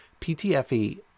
PTFE